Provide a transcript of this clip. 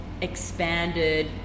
expanded